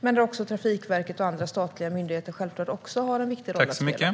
Men Trafikverket och andra statliga myndigheter har självklart också viktiga roller att spela.